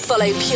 Follow